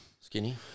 skinny